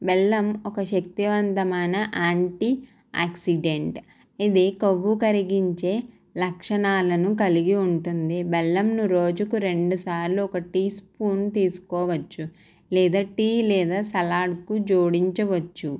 బెల్లం ఒక శక్తివంతమైన యాంటీయాక్సిడెంట్ ఇది కొవ్వు కరిగించే లక్షణాలను కలిగి ఉంటుంది బెల్లంను రోజుకు రెండు సార్లు ఒక టీ స్పూన్ తీసుకోవచ్చు లేదా టీ లేదా సలాడ్కు జోడించవచ్చు